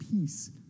peace